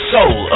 Soul